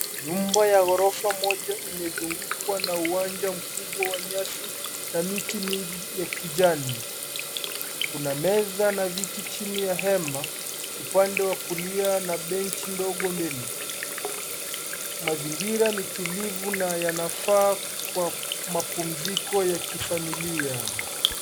Nyumba ya ghorofa moja imezungukwa na uwanja mkubwa wa nyasi na miti mingi ya kijani. Kuna meza na viti chini ya hema, upande wa kulia, na benchi ndogo mbele. Mazingira ni tulivu na yanafaa kwa mapumziko ya kifamilia.